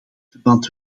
verband